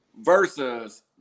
Versus